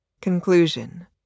Conclusion